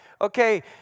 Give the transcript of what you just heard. Okay